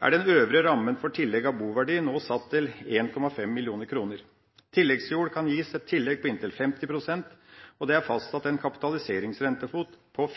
er den øvre rammen for tillegg av boverdi nå satt til kr 1 500 000. Tilleggsjord kan gis et tillegg på inntil 50 pst. Det er fastsatt en kapitaliseringsrentefot på